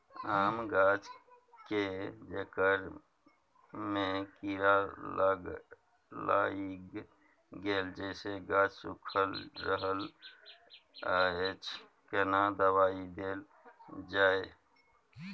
आम गाछ के जेकर में कीरा लाईग गेल जेसे गाछ सुइख रहल अएछ केना दवाई देल जाए?